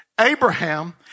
Abraham